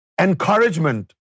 encouragement